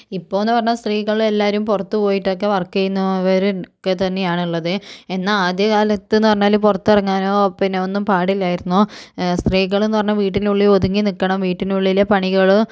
ഇപ്പോന്നു പറഞ്ഞാൽ സ്ത്രീകള് എല്ലാവരും പുറത്തു പോയിട്ടൊക്കെ വർക്ക് ചെയ്യുന്നവരൊക്കെ തന്നെയാണ് ഉള്ളത് എന്നാൽ ആദ്യകാലത്തെന്നൊക്കെ പറഞ്ഞാല് പുറത്തിറങ്ങാനോ പിന്നെ ഒന്നും പാടില്ലായിരുന്നു സ്ത്രീകളെന്നു പറഞ്ഞാൽ വീട്ടിനുള്ളിൽ ഒതുങ്ങി നിക്കണം വീട്ടിനുള്ളിലെ പണികള്